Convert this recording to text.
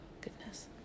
goodness